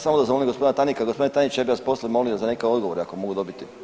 Samo da zamolim gospodina tajnika, gospodine tajniče ja bih vas poslije molio za neke odgovore ako mogu dobiti.